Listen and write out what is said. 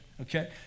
okay